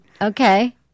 Okay